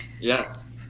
Yes